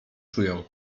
czują